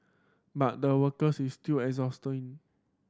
but the workers is still exhausting